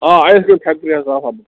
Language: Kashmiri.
آ آیس کرٛیٖم فیکٹری حظ تراو ہہ بہٕ